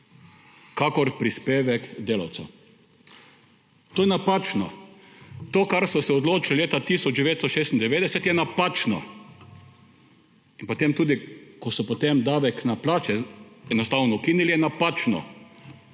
kakor prispevek delavcev. To je napačno. To, kar so se odločili leta 1996, je napačno. Tudi da so potem davek na plače enostavno ukinili, je napačno.